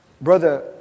Brother